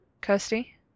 Kirsty